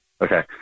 okay